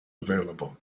available